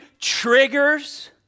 triggers